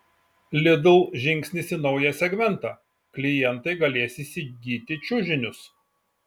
lidl žingsnis į naują segmentą klientai galės įsigyti čiužinius